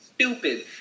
stupid